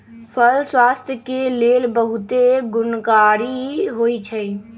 फल स्वास्थ्य के लेल बहुते गुणकारी होइ छइ